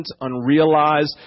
unrealized